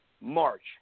March